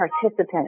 participant